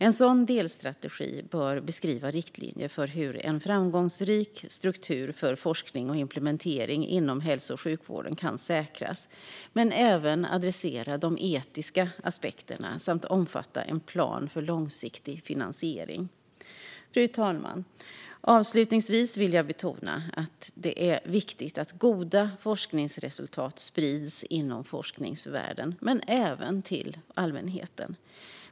En sådan delstrategi bör beskriva riktlinjer för hur en framgångsrik struktur för forskning och implementering inom hälso och sjukvården kan säkras, men även adressera de etiska aspekterna samt omfatta en plan för långsiktig finansiering. Fru talman! Avslutningsvis vill jag betona att det är viktigt att goda forskningsresultat sprids inom forskningsvärlden men även till allmänheten.